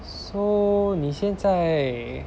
so 你现在